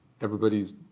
everybody's